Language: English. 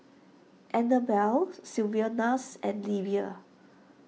Anabel Sylvanus and Livia